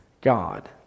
God